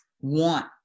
want